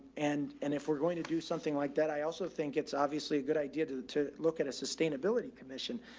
and, and if we're going to do something like that, i also think it's obviously a good idea to to look at a sustainability commission.